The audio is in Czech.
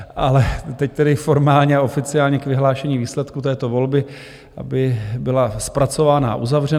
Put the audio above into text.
Ale teď tedy formálně a oficiálně k vyhlášení výsledku této volby, aby byla zpracována a uzavřena.